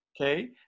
Okay